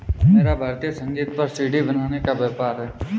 मेरा भारतीय संगीत पर सी.डी बनाने का व्यापार है